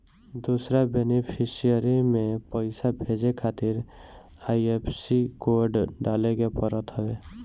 दूसरा बेनिफिसरी में पईसा भेजे खातिर आई.एफ.एस.सी कोड डाले के पड़त हवे